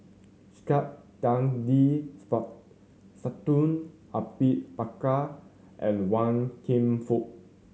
Saktiandi Supaat Sultan Abu Bakar and Wan Kam Fook